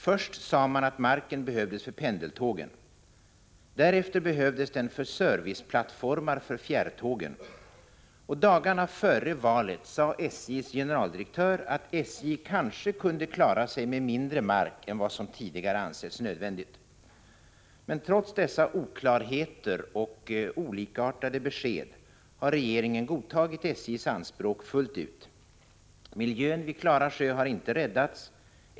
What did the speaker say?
Först sade man att marken behövdes för pendeltågen. Därefter behövdes den för serviceplattformar för fjärrtågen. Och dagarna före valet sade SJ:s generaldirektör att SJ kanske kunde klara sig med mindre mark än vad som tidigare ansetts nödvändigt. Men trots dessa oklarheter och olikartade besked har regeringen godtagit SJ:s anspråk fullt ut. Miljön vid Klara sjö har inte räddats.